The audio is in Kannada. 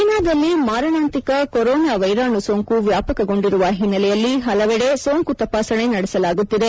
ಚೀನಾದಲ್ಲಿ ಮಾರಣಾಂತಿಕ ಕೊರೋನಾ ವೈರಾಣು ಸೋಂಕು ವ್ಯಾಪಕಗೊಂಡಿರುವ ಹಿನ್ನೆಲೆಯಲ್ಲಿ ಹಲವೆದೆ ಸೋಂಕು ತಪಾಸಣೆ ನಡೆಸಲಾಗುತ್ತಿದೆ